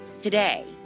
today